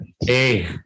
hey